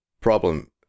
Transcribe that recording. problem